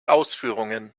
ausführungen